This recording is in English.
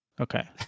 Okay